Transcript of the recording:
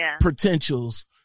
potentials